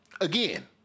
Again